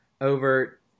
over